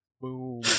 Boom